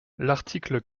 l’article